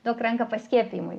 duok ranką paskiepijimui